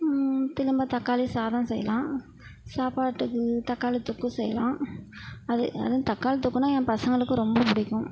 திரும்ப தக்காளி சாதம் செய்யலாம் சாப்பாட்டுக்கு தக்காளி தொக்கு செய்யலாம் அது அதுவும் தக்காளி தொக்குன்னா ஏன் பசங்களுக்கு ரொம்ப பிடிக்கும்